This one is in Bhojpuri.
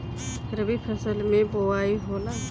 रबी फसल मे बोआई होला?